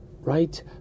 right